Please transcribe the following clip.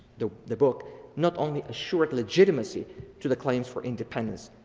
the the book not only a short legitimacy to the claims for independence,